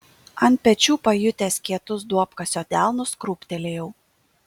ant pečių pajutęs kietus duobkasio delnus krūptelėjau